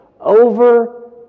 over